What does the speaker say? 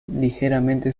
ligeramente